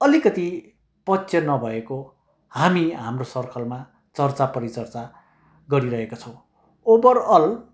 अलिकति पच्य नभएको हामी हाम्रो सर्कलमा चर्चा परिचर्चा गरिरहेका छौँ ओभरअल